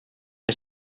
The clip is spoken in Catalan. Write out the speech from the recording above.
que